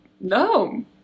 No